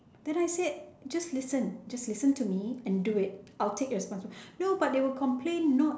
then I said just listen just listen to me and do it I will take responsibility no but they will complain not